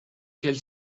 quelle